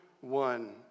one